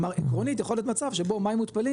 כלומר עקרונית יכול להיות מצב שבו מים מותפלים